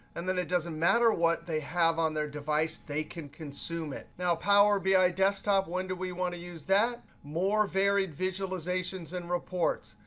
and then it doesn't matter what they have on their device, they can consume it. now, power bi desktop, when do we want to use that? more varied visualizations and reports.